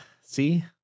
See